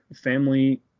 family